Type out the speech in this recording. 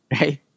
Right